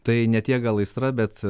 tai ne tiek gal aistra bet